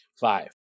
five